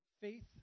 faith